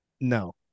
No